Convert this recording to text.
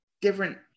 different